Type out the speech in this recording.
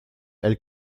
elle